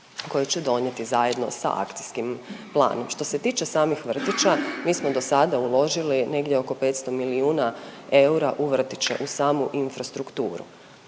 koje će donijeti zajedno sa akcijskim planom. Što se tiče samih vrtića mi smo dosada uložili negdje oko 500 milijuna eura u vrtiće u samu infrastrukturu,